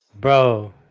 Bro